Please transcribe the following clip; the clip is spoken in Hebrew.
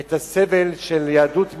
את הסבל של יהדות מצרים,